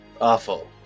awful